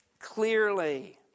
clearly